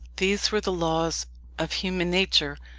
these were the laws of human nature,